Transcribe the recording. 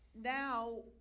now